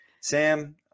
Sam